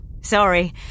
Sorry